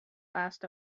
asked